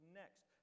next